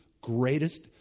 greatest